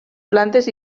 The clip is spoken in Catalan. plantes